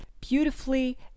beautifully